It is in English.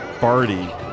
Barty